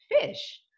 fish